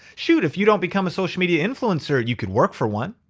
shoot, if you don't become a social media influencer, you can work for one.